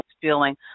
feeling